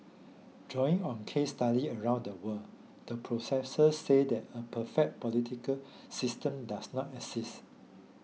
drawing on case study around the world the professor said that a perfect political system does not exist